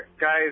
guys